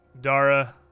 Dara